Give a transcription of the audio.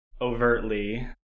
overtly